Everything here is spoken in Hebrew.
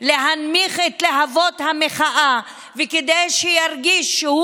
להנמיך את להבות המחאה וכדי שירגיש שהוא